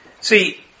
See